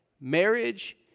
Marriage